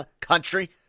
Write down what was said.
country